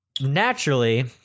naturally